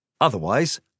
Otherwise